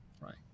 right